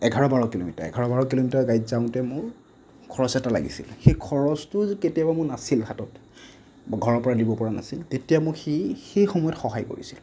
এঘাৰ বাৰ কিলোমিটাৰ এঘাৰ বাৰ কিলোমিটাৰ গাড়ীত যাওঁতে মোৰ খৰচ এটা লাগিছিল সেই খৰচটো যে কেতিয়াবা মোৰ নাছিল হাতত ঘৰৰ পৰা দিব পৰা নাছিল তেতিয়া মোক সি সেই সময়ত সহায় কৰিছিল